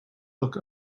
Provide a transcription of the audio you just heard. look